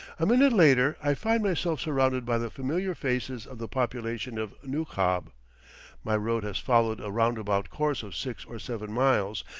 a minute later i find myself surrounded by the familiar faces of the population of nukhab my road has followed a roundabout course of six or seven miles,